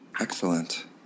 Excellent